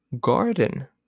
Garden